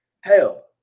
Hell